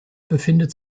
befindet